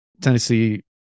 Tennessee